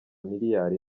miliyari